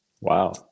Wow